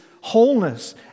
wholeness